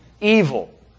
evil